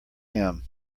him